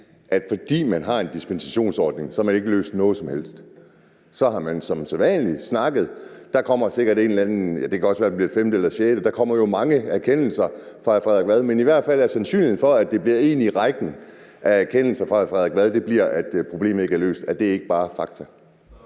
man, fordi man har en dispensationsordning, så ikke har løst noget som helst? Så har man som sædvanlig snakket, og der kommer sikkert en eller anden erkendelse, ja, det kan også være, at det bliver en femte eller en sjette erkendelse – der kommer jo mange erkendelser fra hr. Frederik Vad – men er der i hver fald ikke en sandsynlighed for, at en erkendelse i rækken fra hr. Frederik Vad bliver, at problemet ikke er løst? Er det ikke bare fakta?